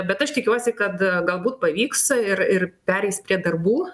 bet aš tikiuosi kad galbūt pavyks ir ir pereis prie darbų